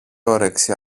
όρεξη